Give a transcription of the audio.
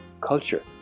culture